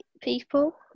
people